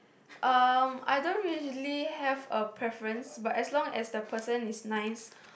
um I don't really have a preference but as long as the person is nice